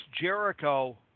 Jericho